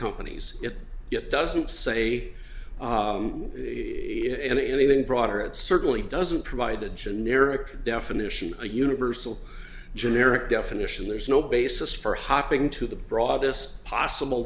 companies it doesn't say anything broader it certainly doesn't provide a generic definition a universal generic definition there's no basis for hopping to the broadest possible